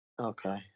Okay